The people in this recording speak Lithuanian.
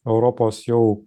europos jau